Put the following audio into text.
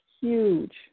huge